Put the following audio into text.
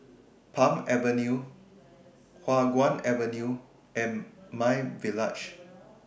Palm Avenue Hua Guan Avenue and MyVillage